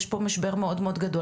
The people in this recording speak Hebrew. יש פה משבר מאוד מאוד גדול,